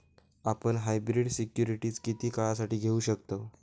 आपण hybrid securities किती काळासाठी घेऊ शकतव